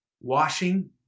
washing